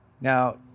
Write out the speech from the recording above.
Now